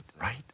right